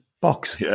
box